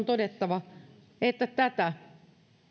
todettava että tätä